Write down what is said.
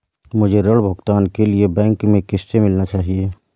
मुझे ऋण भुगतान के लिए बैंक में किससे मिलना चाहिए?